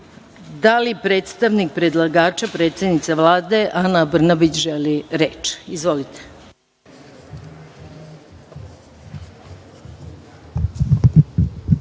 li predstavnik predlagača, predsednica Vlade, Ana Brnabić, želi reč? Izvolite.